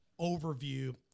overview